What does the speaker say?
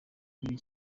kuri